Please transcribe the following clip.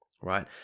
right